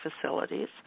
facilities